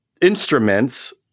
instruments